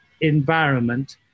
environment